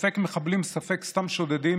ספק מחבלים ספק סתם שודדים,